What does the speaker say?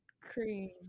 cream